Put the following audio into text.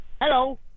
Hello